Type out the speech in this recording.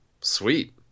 sweet